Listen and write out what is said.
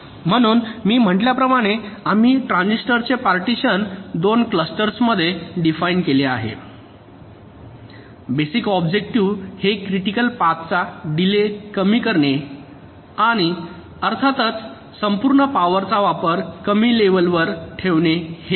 म्हणून मी म्हटल्याप्रमाणे आम्ही ट्रान्झिस्टरचे पार्टीशन दोन क्लस्टर्समध्ये डिफाईन केले आहे बेसिक ऑब्जेक्टिव्ह हे क्रिटिकल पाथ चा डिलेय कमी करणे आणि अर्थातच संपूर्ण पॉवर चा वापर कमी लेवलवर ठेवणे हे आहे